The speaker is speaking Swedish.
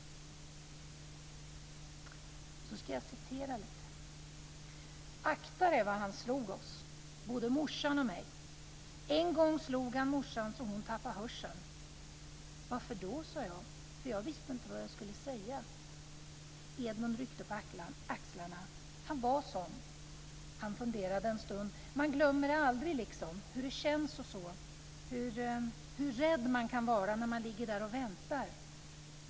Nu ska jag citera lite: "'Aktare vad han slog oss ... både morsan och mig. En gång slog han morsan så hon tappade hörseln.' 'Varför då?' sa jag, för jag visste inte vad jag skulle säga. Edmund ryckte på axlarna. 'Han var sån.' Han funderade en stund. 'Man glömmer det aldrig liksom. Hur det känns och så. Hur ... hur ... rädd man kan vara när man ligger där och väntar.